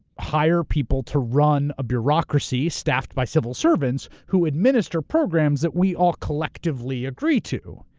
hire people to run a bureaucracy staffed by civil servants who administer programs that we all collectively agree to.